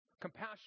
Compassion